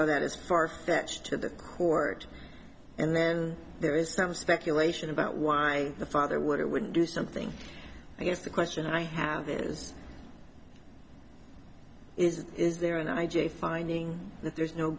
so that is farfetched to the court and then there is some speculation about why the father would or wouldn't do something i guess the question i have is is is there an i j finding that there's no